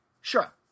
Sure